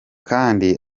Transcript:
kandi